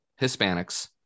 Hispanics